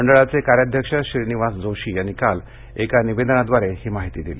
मंडळाचे कार्याध्यक्ष श्रीनिवास जोशी यांनी काल एका निवेदनाद्वारे ही माहिती दिली